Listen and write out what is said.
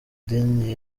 idini